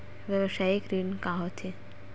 व्यवसायिक ऋण का होथे?